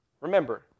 Remember